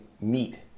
meet